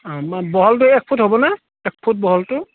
অঁ বহলটো এক ফুট হ'বনে এক ফুট বহলটো